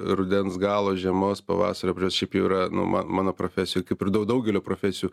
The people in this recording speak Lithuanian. rudens galo žiemos pavasario kuris šiaip jau yra nu mano profesijoj kaip ir daugelio profesijų